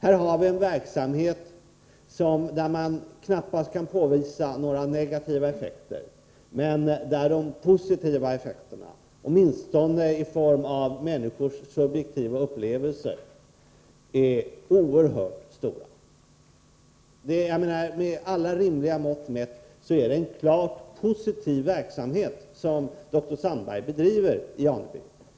Här har vi en verksamhet där man knappast kan påvisa några negativa effekter men där de positiva effekterna, åtminstone i form av människors subjektiva upplevelser, är oerhört stora. Med alla rimliga mått mätt är det en klart positiv verksamhet som dr Sandberg bedriver i Aneby.